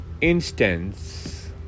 instance